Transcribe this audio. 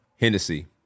Hennessy